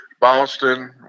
boston